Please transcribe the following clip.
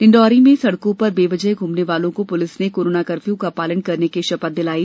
डिण्डोरी में सड़कों पर बेवजह घुमने वालों को पुलिस ने कोरोना कर्फ्यू का पालन करने की शपथ दिलाई